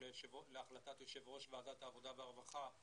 או להחלטת יושב-ראש ועדת העבודה והרווחה.